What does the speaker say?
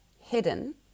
hidden